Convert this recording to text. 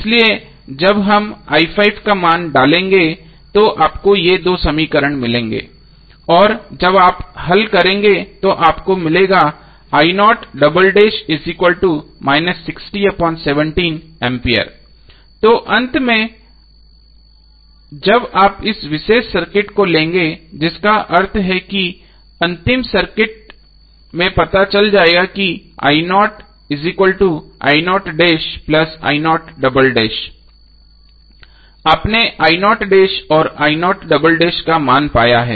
इसलिए जब हम का मान डालेंगे तो आपको ये दो समीकरण मिलेंगे और जब आप हल करेंगे तो आपको मिलेगा तो अंत में जब आप इस विशेष सर्किट को ले लेंगे जिसका अर्थ है कि अंतिम सर्किट में आपको पता चल जाएगा कि आपने और का मान पाया है